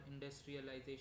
industrialization